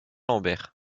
lambert